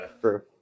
True